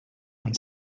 and